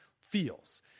feels